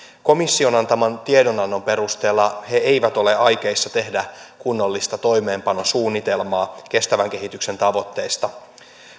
komission antaman tiedonannon perusteella he eivät ole aikeissa tehdä kunnollista toimeenpanosuunnitelmaa kestävän kehityksen tavoitteista